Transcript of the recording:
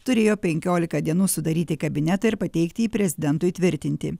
turėjo penkiolika dienų sudaryti kabinetą ir pateikti jį prezidentui tvirtinti